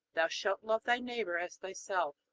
thou shalt love thy neighbor as thyself.